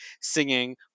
singing